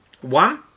one